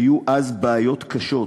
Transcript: היו אז בעיות קשות